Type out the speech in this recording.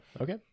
okay